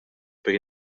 per